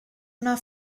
una